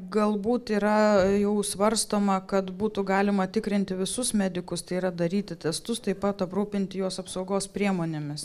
galbūt yra jau svarstoma kad būtų galima tikrinti visus medikus tai yra daryti testus taip pat aprūpinti juos apsaugos priemonėmis